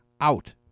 out